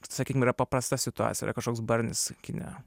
sakykim yra paprasta situacija yra kažkoks barnis kine